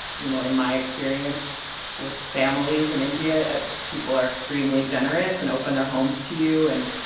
you know, in my experience with families in india, people are extremely generous and open their homes to you and,